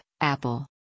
Apple